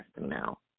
now